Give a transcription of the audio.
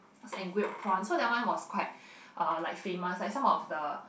was and grill prawn that one was quite uh like famous like some of the